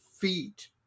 feet